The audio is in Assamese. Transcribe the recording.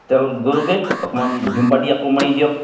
তেল গ'লগৈ অকণমান ভীমবাৰ দি আকৌ মাৰি দিয়ক